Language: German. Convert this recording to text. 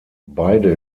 beide